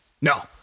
No